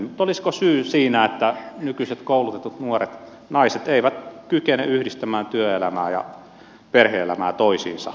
mutta olisiko syy siinä että nykyiset koulutetut nuoret naiset eivät kykene yhdistämään työelämää ja perhe elämää toisiinsa